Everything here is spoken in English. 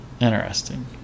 interesting